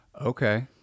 Okay